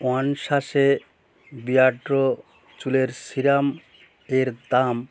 one sachet Beardo চুলের serum এর দাম